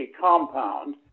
compound